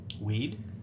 Weed